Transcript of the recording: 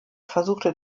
versuchte